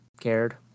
cared